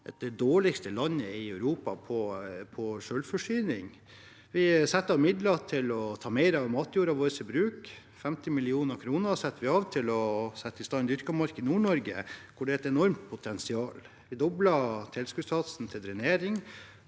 er det dårligste landet i Europa på selvforsyning. Vi setter av midler til å ta mer av matjorda vår i bruk – 50 mill. kr setter vi av til å sette i stand dyrket mark i Nord-Norge, hvor det er et enormt potensial. Vi dobler tilskuddssatsen til drenering